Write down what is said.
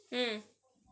mm